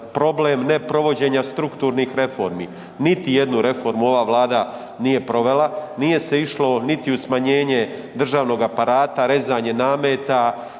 problem neprovođenja strukturnih reformi, niti jednu reformu ova vlada nije provela, nije se išlo niti u smanjenje državnog aparata, rezanje nameta,